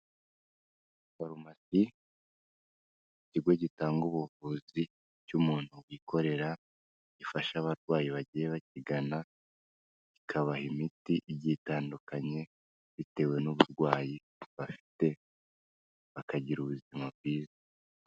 Foromasi ikigo gitanga ubuvuzi cy'umuntu wikorera ifasha abarwayi bagiye bakigana, kikabaha imiti igitandukanye bitewe n'uburwayi bafite bakagira ubuzima bwiza.